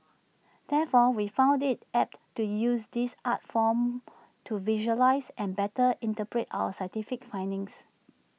therefore we found IT apt to use this art form to visualise and better interpret our scientific findings